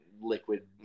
liquid